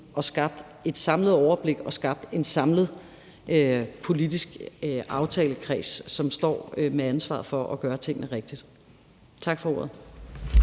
og skabt et samlet overblik og skabt en samlet politisk aftalekreds, som står med ansvaret for at gøre tingene rigtigt. Tak for ordet.